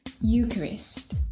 Eucharist